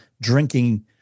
drinking